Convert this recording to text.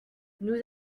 nous